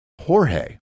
Jorge